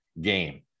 game